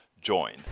join